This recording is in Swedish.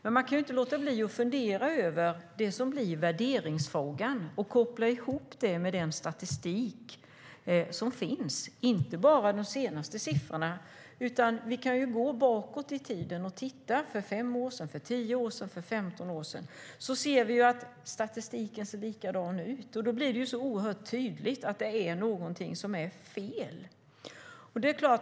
Men man kan inte låta bli att fundera över värderingsfrågan, kopplat till den statistik som finns, inte bara de senaste siffrorna utan även bakåt i tiden, för 5, 10 eller 15 år sedan. Vi kan konstatera att statistiken ser likadan ut. Då blir det oerhört tydligt att det är någonting som är fel.